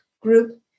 group